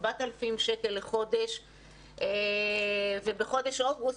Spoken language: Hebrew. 4,000 שקל לחודש ובחודש אוגוסט,